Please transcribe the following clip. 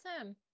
awesome